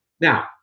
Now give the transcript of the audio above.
Now